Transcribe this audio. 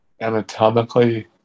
anatomically